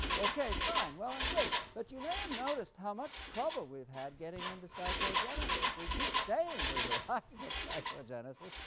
okay, fine, well and good, but you may have noticed how much trouble we have had getting into psychogenesis. we keep saying we've arrived at psychogenesis,